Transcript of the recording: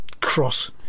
cross